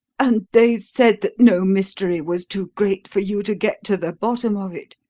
and they said that no mystery was too great for you to get to the bottom of it,